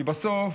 כי בסוף